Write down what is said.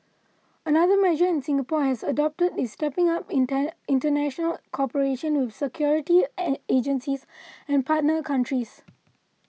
another measure Singapore has adopted is stepping up international cooperation with security agencies and partner countries